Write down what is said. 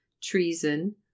treason